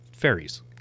Fairies